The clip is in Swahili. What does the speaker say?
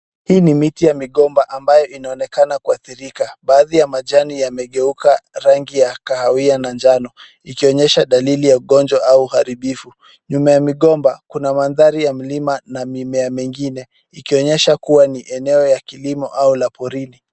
Hii ni miti ya migomba inayoonekana kuadhirika. Baadhi ya majani yamegeuka rangi ya kahawia na njano, ikionyesha hali ya ugonjwa au uharibifu. Nyuma ya mgomba kuna maandhari ya milima na mimea mingine, ikionyesha kuwa ni eneo la kilimo au la porini.